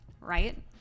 right